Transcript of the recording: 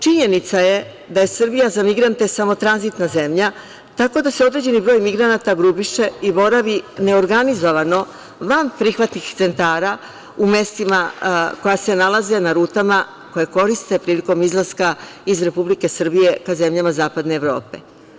Činjenica je da je Srbija za migrante samo tranzitna zemlja, tako da se određeni broj migranata grupiše i boravi neorganizovano van prihvatnih centara u mestima koja se nalaze na rutama koje koriste prilikom izlaska iz Republike Srbije ka zemljama zapadne Evrope.